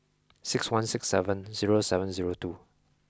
six one six seven zero seven zero two